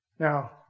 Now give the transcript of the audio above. Now